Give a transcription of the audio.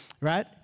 Right